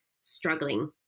struggling